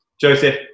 Joseph